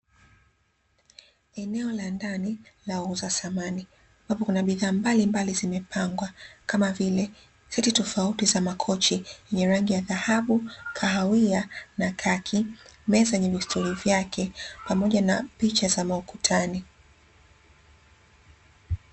Eneo la ndani la wauza samani ambapo kuna bidhaa mbalimbali zimepangwa kama vile: siti tofauti za makochi yenye rangi ya dhahabu, kahawia na kaki, meza yenye vistuli vyake pamoja na picha za maukutani.